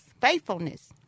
faithfulness